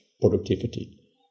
productivity